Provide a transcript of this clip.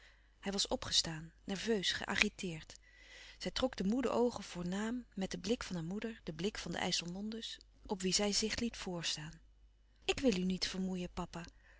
hij was opgestaan nerveus geagiteerd zij trok de moede oogen voornaam met den blik van haar moeder den blik van de ijsselmonde's op wie zij zich liet voorstaan ik wil u niet vermoeien papa